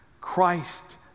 Christ